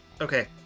Okay